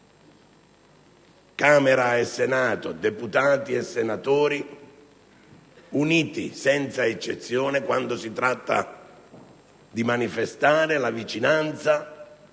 Camera e Senato, deputati e senatori, uniti senza eccezione quando si tratta di manifestare la vicinanza